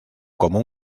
como